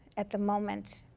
at the moment,